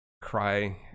cry